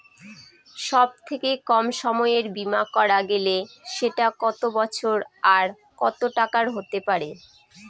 সব থেকে কম সময়ের বীমা করা গেলে সেটা কত বছর আর কত টাকার হতে পারে?